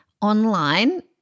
online